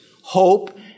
hope